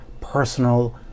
personal